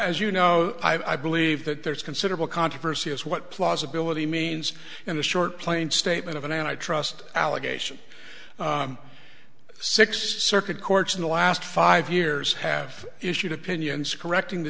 as you know i believe that there is considerable controversy as what plausibility means in the short plain statement of an antitrust allegation six circuit courts in the last five years have issued opinions correcting the